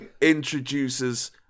introduces